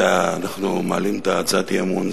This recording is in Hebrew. אנחנו מעלים את הצעת האי-אמון,